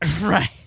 Right